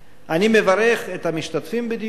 אני מברך את המשתתפים בדיון זה,